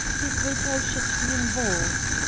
his hotel should be involved.